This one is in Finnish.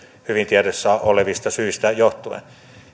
hyvin tiedossa olevista syistä johtuen